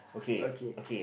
okay